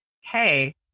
hey